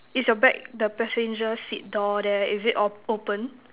is your bag the passenger seat door there is it all open